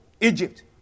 Egypt